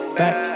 back